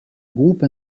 groupe